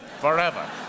Forever